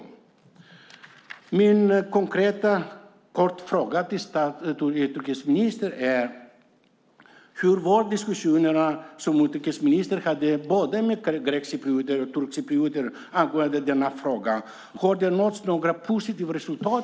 Min konkreta och korta fråga till utrikesministern är: Hur var diskussionerna som utrikesministern hade med både grekcyprioter och turkcyprioter angående denna fråga? Har det nåtts några positiva resultat?